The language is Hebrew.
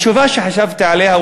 התשובה שחשבתי עליה,